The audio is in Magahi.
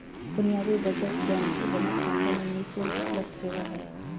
बुनियादी बचत बैंक जमा खाता में नि शुल्क उपलब्ध सेवा हइ